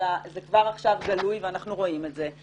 זה כבר עכשיו גלוי ואנחנו רואים את זה,